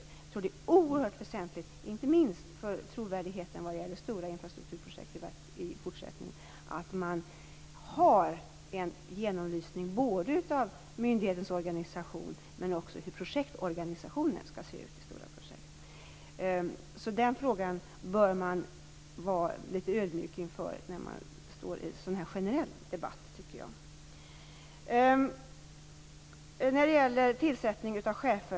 Jag tror att det är oerhört väsentligt, inte minst för trovärdigheten vad gäller stora infrastrukturprojekt i fortsättningen, att man har en genomlysning både av myndighetens organisation och av hur projektorganisationen skall se ut vid stora projekt. Den frågan bör man därför förhålla sig litet ödmjuk inför i en sådan här generell debatt. Per Westerberg tar också upp tillsättningen av chefer.